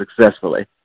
successfully